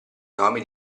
nomi